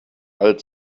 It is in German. alt